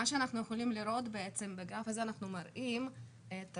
מה שאנחנו יכולים לראות בגרף הזה הוא את שיעור